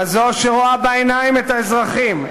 כזו שרואה בעיניים את האזרחים,